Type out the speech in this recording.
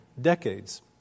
decades